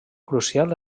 crucial